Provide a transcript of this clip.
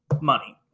money